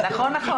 נכון.